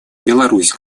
беларусь